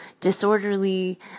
disorderly